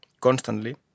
constantly